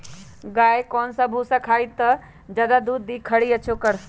गाय कौन सा भूसा खाई त ज्यादा दूध दी खरी या चोकर?